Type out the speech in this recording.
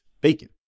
bacon